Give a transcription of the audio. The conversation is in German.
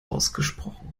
ausgesprochen